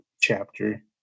chapter